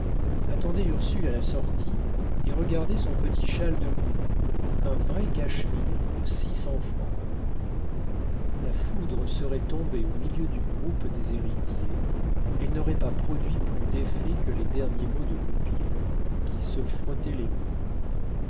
attendez ursule à la sortie et regardez son petit châle de cou un vrai cachemire de six cents francs la foudre serait tombée au milieu du groupe des héritiers elle n'aurait pas produit plus d'effet que les derniers mots de goupil qui se frottait les mains